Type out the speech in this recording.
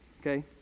okay